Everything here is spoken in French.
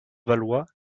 valois